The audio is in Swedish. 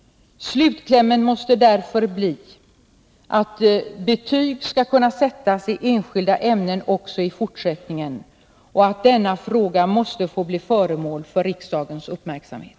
Slutklämmen måste därför bli att betyg skall kunna sättas i enskilda ämnen också i fortsättningen och att denna fråga måste bli föremål för riksdagens uppmärksamhet.